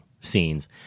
scenes